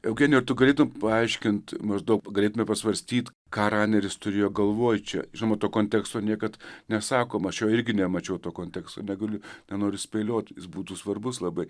eugenijau tu galėtum paaiškint maždaug galėtumei pasvarstyt ką raneris turėjo galvoj čia žinoma to konteksto niekad nesakoma aš jo irgi nemačiau to konteksto negaliu nenoriu spėlioti jis būtų svarbus labai